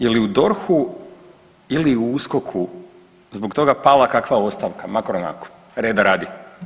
Je li u DORH-u ili u USKOK-u zbog toga pala kakva ostavka makar onako reda radi?